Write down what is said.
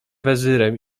wezyrem